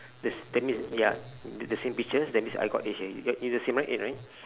does that mean ya t~ the same pictures that means I got this already you got the same right eight right